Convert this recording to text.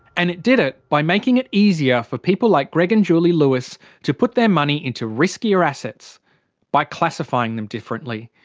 and it did it by making it easier for people like greg and julie lewis to put their money into riskier assets by classifying them differently.